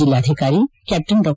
ಜಲ್ಲಾಧಿಕಾರಿ ಕ್ಕಾಪ್ಟನ್ ಡಾ